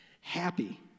happy